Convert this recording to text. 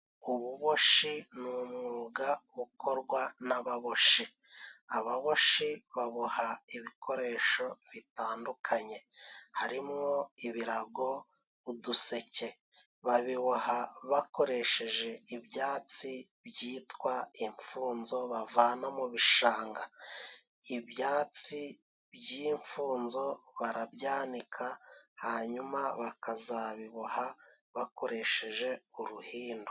Ububoshi ni umwuga ukorwa n'ababoshi. Ababoshi baboha ibikoresho bitandukanye. Harimo: ibirago, uduseke, babiboha bakoresheje ibyatsi byitwa imfunzo bavana mu bishanga. Ibyatsi by'imfunzo barabyanika hanyuma bakazabiboha bakoresheje uruhindu.